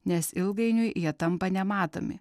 nes ilgainiui jie tampa nematomi